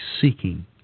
seeking